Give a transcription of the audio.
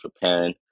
preparing